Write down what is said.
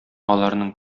аларның